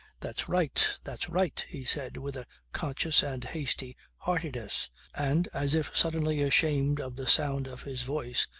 that's right. that's right, he said with a conscious and hasty heartiness and, as if suddenly ashamed of the sound of his voice,